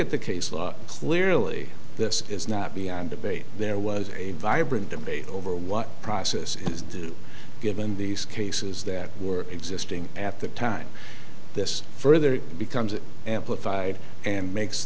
at the case law clearly this is not beyond debate there was a vibrant debate over what process it is do given these cases that were existing at the time this further it becomes amplified and makes